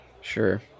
Sure